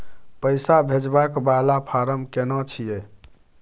पैसा भेजबाक वाला फारम केना छिए?